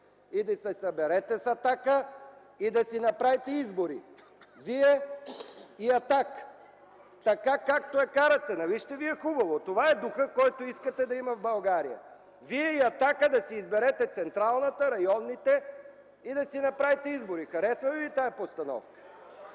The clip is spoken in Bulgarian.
и да се съберете с „Атака”, и да си направите изборите - вие и „Атака”, така, както я карате? Нали ще ви е хубаво?! Това е духът, който искате да има в България – вие и „Атака” да си изберете централната, районните избирателни комисии и да си направите избори. Харесва ли ви тази постановка?